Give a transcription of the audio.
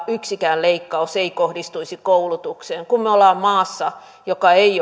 yksikään leikkaus ei kohdistuisi koulutukseen kun me olemme maassa joka ei